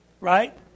Right